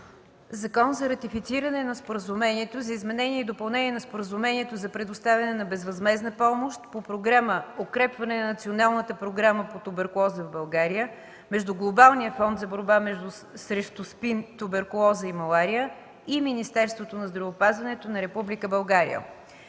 „ЗАКОН за ратифициране на Споразумението за изменение и допълнение на Споразумението за предоставяне на безвъзмездна помощ по Програма „Укрепване на националната програма по туберкулоза в България” между Глобалния фонд за борба срещу СПИН, туберкулоза и малария и Министерството на здравеопазването на Република България